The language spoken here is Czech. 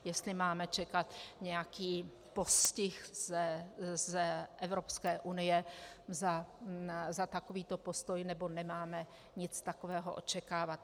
Jestli máme čekat nějaký postih z Evropské unie za takovýto postoj, nebo nemáme nic takového očekávat.